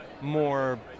more